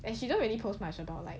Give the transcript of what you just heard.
and she don't really post much about like